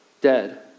dead